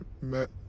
met